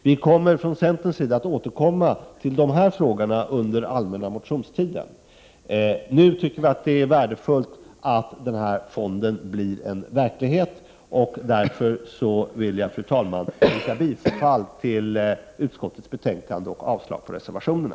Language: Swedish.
Vi återkommer från centerpartiets sida till dessa frågor under den allmänna motionstiden. Nu är det värdefullt att denna fond blir verklighet. 55 Därför vill jag, fru talman, yrka bifall till utskottets hemställan och avslag på reservationerna.